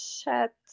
chat